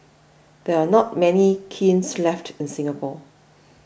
there are not many kilns left in Singapore